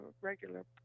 regular